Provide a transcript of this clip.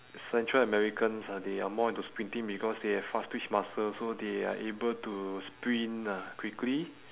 central americans uh they are more into sprinting because they have fast twitch muscles so they are able to sprint uh quickly